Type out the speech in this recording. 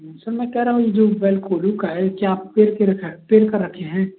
sir मैं कह रहा हूँ ये जो बैल कोल्हू का है क्या आप पेर के रखा है पेक कर रखे हैं